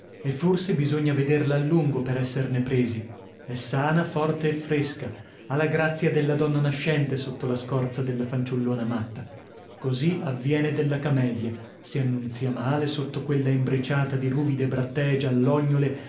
e forse bisogna vederla a lungo per esserne presi è sana forte e fresca ha la grazia della donna nascente sotto la scorza della fanciullona matta così avviene della camelia si annunzia male sotto quella embriciata di ruvide brattee giallognole